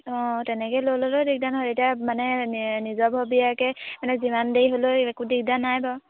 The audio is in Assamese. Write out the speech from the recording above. অঁ তেনেকৈ লৈ ল'লেও দিগদাৰ নহয় এতিয়া মানে নিজাববীয়াকৈ মানে যিমান দেৰি হ'লেও একো দিগদাৰ নাই বাৰু